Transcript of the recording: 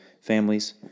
families